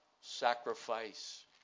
sacrifice